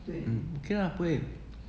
um okay lah 不会